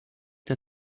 der